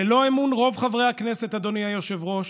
ללא אמון רוב חברי הכנסת, אדוני היושב-ראש,